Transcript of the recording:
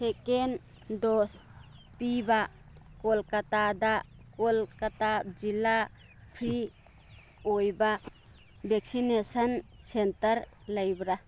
ꯁꯦꯀꯦꯟ dose ꯄꯤꯕ ꯀꯣꯜꯀꯥꯇꯥꯗ ꯀꯣꯜꯀꯥꯇꯥ ꯖꯤꯜꯂꯥ ꯐ꯭ꯔꯤ ꯑꯣꯏꯕ ꯚꯦꯛꯁꯤꯅꯦꯁꯟ ꯁꯦꯟꯇꯔ ꯂꯩꯕ꯭ꯔꯥ